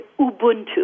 Ubuntu